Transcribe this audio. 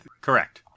correct